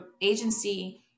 agency